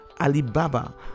Alibaba